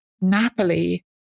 Napoli